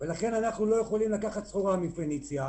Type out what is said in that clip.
ולכן אנחנו לא יכולים לקחת סחורה מ"פניציה".